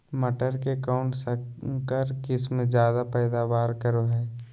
मटर के कौन संकर किस्म जायदा पैदावार करो है?